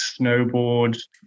snowboard